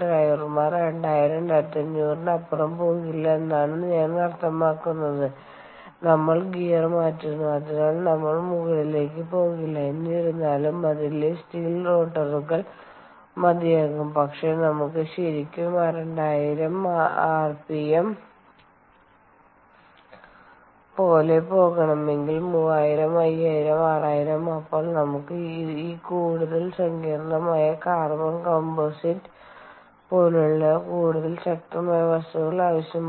ഡ്രൈവർമാർ 2000 2500 ന് അപ്പുറം പോകില്ല എന്നാണ് ഞാൻ അർത്ഥമാക്കുന്നത് നമ്മൾ ഗിയർ മാറ്റുന്നു അതിനാൽ നമ്മൾ മുകളിലേക്ക് പോകില്ല എന്നിരുന്നാലും അതിലെ സ്റ്റീൽ റോട്ടറുകൾ മതിയാകും പക്ഷേ നമുക്ക് ശരിക്കും 20000 ആർപിഎം പോലെ പോകണമെങ്കിൽ 30000 50000 60000 അപ്പോൾ നമുക്ക് ഈ കൂടുതൽ സങ്കീർണ്ണമായ കാർബൺ കമ്പോസിറ്റസ് പോലെയുള്ള കൂടുതൽ ശക്തമായ വസ്തുക്കൾ ആവശ്യമാണ്